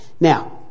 Now